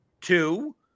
Two